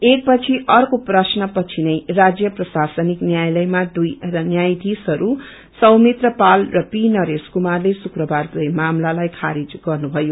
एक पछि अर्को प्रश्न पछि नै राज्य प्रशासनिक न्यायालयमा दुई न्यायायीशहरू सौमित्र पाल र पी नरेश कुमारले श्रुक्वार दुवै मामिलालाई खारिज गर्नुभयो